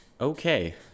Okay